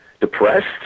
depressed